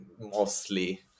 mostly